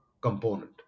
component